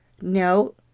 No